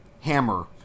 Hammer